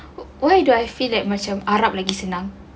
why do I feel like macam arab lagi senang